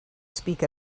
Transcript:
speak